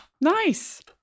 Nice